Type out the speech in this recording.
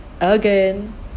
again